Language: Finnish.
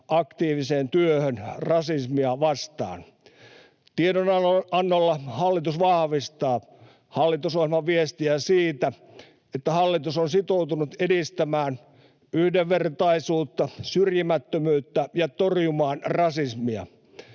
aktiiviseen työhön rasismia vastaan. Tiedonannolla hallitus vahvistaa hallitusohjelman viestiä siitä, että hallitus on sitoutunut edistämään yhdenvertaisuutta ja syrjimättömyyttä ja torjumaan rasismia.